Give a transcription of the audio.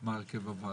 מה הרכב הוועדה.